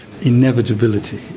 inevitability